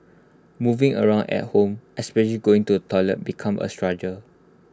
moving around at home especially going to the toilet become A struggle